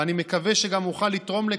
ואני מקווה שגם אוכל לתרום לכך,